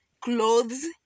clothes